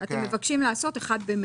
אתם מבקשים לקבוע "1 במרץ".